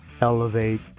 elevate